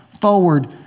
forward